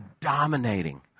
dominating